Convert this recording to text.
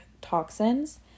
toxins